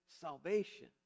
salvation